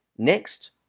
Next